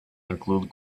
include